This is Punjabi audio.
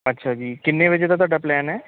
ਅੱਛਾ ਜੀ ਕਿੰਨੇ ਵਜੇ ਦਾ ਤੁਹਾਡਾ ਪਲੈਨ ਹੈ